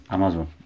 Amazon